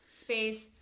space